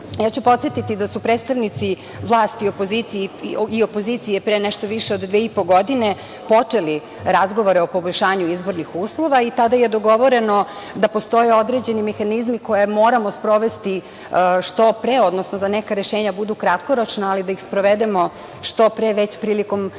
uspeli. Podsetiću da su predstavnici vlasti i opozicije pre nešto više od dve i po godine počeli razgovore o poboljšanju izbornih uslova i tada je dogovoreno da postoje određeni mehanizmi koje moramo sprovesti što pre, odnosno da neka rešenja budu kratkoročna, ali da ih sprovedemo što pre, već prilikom prvih